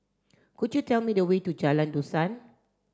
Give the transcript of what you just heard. could you tell me the way to Jalan Dusan